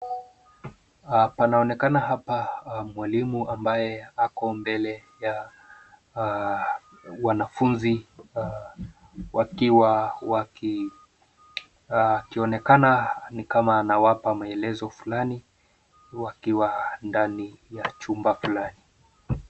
Panaonekana hapa mwalimu ambaye ako mbele ya wanafunzi wakionekana ni kama anawapa maelezo fulani wakiwa ndani ya chumba fulani.